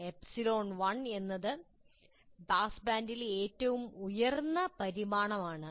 ε1 എന്നത് പാസ്ബാൻഡിലെ ഏറ്റവും ഉയർന്ന പരിമാണം ആണ്